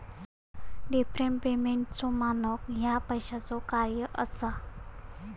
deferred पेमेंटचो मानक ह्या पैशाचो कार्य असा